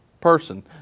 person